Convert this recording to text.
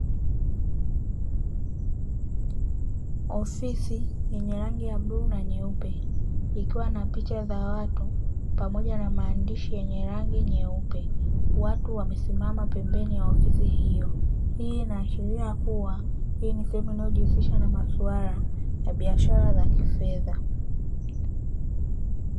Ofisi yenye rangi ya buluu na nyeupe ikiwa na picha za watu pamoja na maandishi yenye rangi nyeupe watu wamesimama pembeni ya ofisi hiyo, hii inaashiria kuwa hii ni sehemu inayojihusisha na maswala ya biashara ya kifedha.